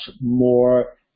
more